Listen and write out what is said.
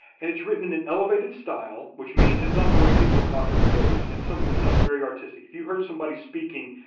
and it's written in and elevated style, which means it's not the way people talk every day, it's it's something that sounds very artistic. if you heard somebody speaking